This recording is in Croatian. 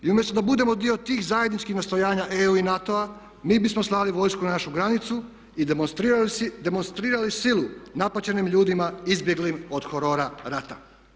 I umjesto da budemo dio tih zajedničkih nastojanja EU i NATO-a mi bismo slali vojsku na našu granicu i demonstrirali silu napaćenim ljudima izbjeglim od horora rata.